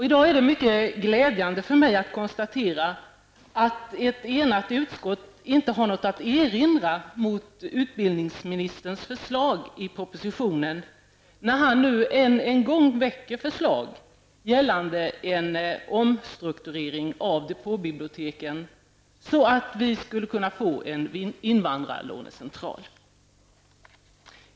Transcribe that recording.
I dag är det mycket glädjande för mig att kunna konstatera att ett enat utskott inte har något att erinra mot utbildningsministerns förslag i propositionen, när han nu än en gång lägger fram förslag gällande en omstrukturering av depåbiblioteken till förmån för en invandrarlånecentral.